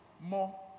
more